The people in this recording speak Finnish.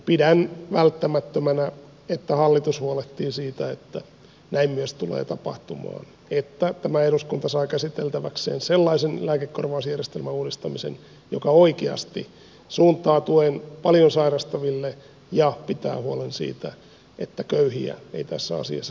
pidän välttämättömänä että hallitus huolehtii siitä että näin myös tulee tapahtumaan että tämä eduskunta saa käsiteltäväkseen sellaisen lääkekorvausjärjestelmän uudistamisen joka oikeasti suuntautuu paljon sairastaville ja pitää huolen siitä että köyhiä ei tässä asiassa sorreta vaan päinvastoin